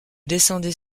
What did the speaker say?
descendait